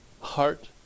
heart